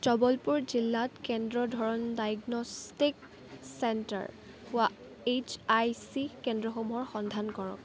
জবলপুৰ জিলাত কেন্দ্ৰৰ ধৰণ ডায়েগনষ্টিক চেণ্টাৰ হোৱা এইচ আই চি কেন্দ্ৰসমূহৰ সন্ধান কৰক